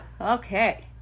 Okay